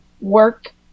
work